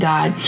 God